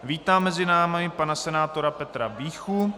Vítám mezi námi pana senátora Petra Víchu.